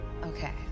Okay